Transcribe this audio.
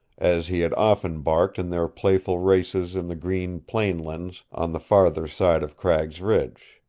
as he had often barked in their playful races in the green plain-lands on the farther side of cragg's ridge.